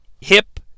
hip